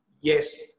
yes